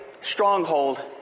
stronghold